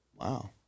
Wow